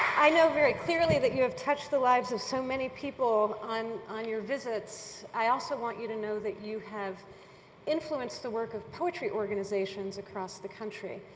i know very clearly that you have touched the lives of so many people on on your visits. i also want you to know that you have influenced the work of poetry organizations across the country.